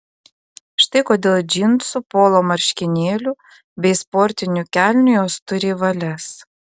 štai kodėl džinsų polo marškinėlių bei sportinių kelnių jos turi į valias